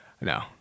No